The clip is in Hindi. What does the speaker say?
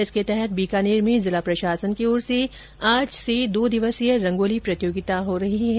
इसके तहत बीकानेर में जिला प्रशासन की ओर से आज से दो दिवसीय रंगोली प्रतियोगिता आयोजित की जा रही है